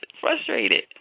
frustrated